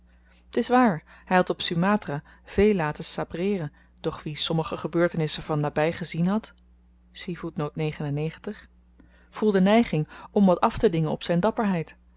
t is waar hy had op sumatra veel laten sabreeren doch wie sommige gebeurtenissen van naby gezien had voelde neiging om wat aftedingen op zyn dapperheid